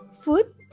food